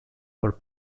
por